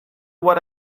what